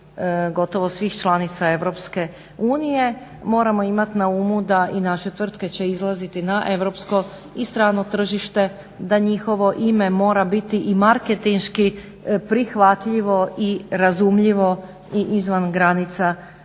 gotovo svih članica Europske unije. Moramo imat na umu da i naše tvrtke će izlaziti na europsko i strano tržište, da njihovo ime mora biti i marketinški prihvatljivo i razumljivo i izvan granice